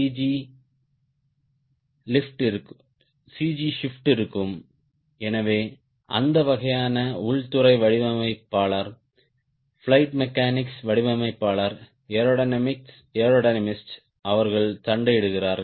G shift இருக்கும் எனவே அந்த வகையான உள்துறை வடிவமைப்பாளர் பிளையிட் மெக்கானிக்ஸ் வடிவமைப்பாளர் ஏரோடைனமிஸ்ட் அவர்கள் சண்டையிடுகிறார்கள்